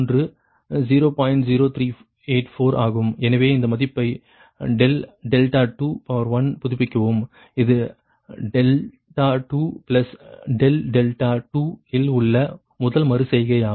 0384 ஆகும் எனவே இந்த மதிப்பை ∆2 புதுப்பிக்கவும் இது 2∆2 இல் உள்ள முதல் மறு செய்கையாகும்